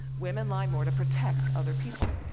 women lie more to protect other people.